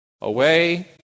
away